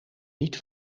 niet